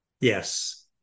Yes